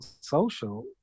social